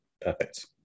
Perfect